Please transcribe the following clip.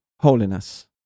Holiness